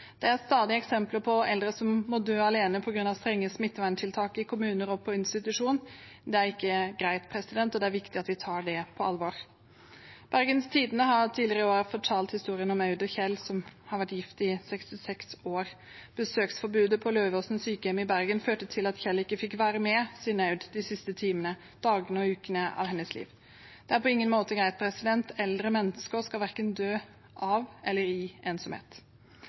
Det er stadig eksempler på eldre som må dø alene på grunn av strenge smitteverntiltak i kommuner og på institusjon. Det er ikke greit, og det er viktig at vi tar det på alvor. Bergens Tidende har tidligere i år fortalt historien om Aud og Kjell, som hadde vært gift i 66 år. Besøksforbudet på Løvåsen sykehjem i Bergen førte til at Kjell ikke fikk være sammen med sin Aud de siste timene, dagene og ukene av hennes liv. Det er på ingen måte greit. Eldre mennesker skal verken dø av eller i ensomhet.